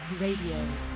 Radio